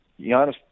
Giannis